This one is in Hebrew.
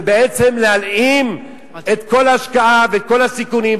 זה בעצם להלאים את כל ההשקעה ואת כל הסיכונים.